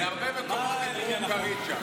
בהרבה מקומות דיברו הונגרית שם.